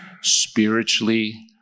spiritually